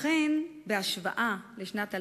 לכן, בהשוואה לשנת 2008,